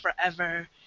forever